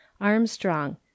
Armstrong